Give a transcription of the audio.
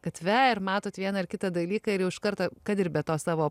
gatve ir matot vieną ar kitą dalyką ir jau iš karto kad ir be tos savo